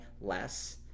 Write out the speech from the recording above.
less